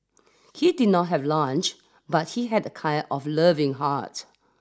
he did not have lunch but he had a kind of loving heart